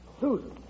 Susan